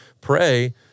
pray